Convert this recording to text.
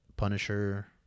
Punisher